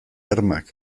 armak